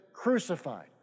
crucified